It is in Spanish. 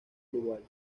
uruguaya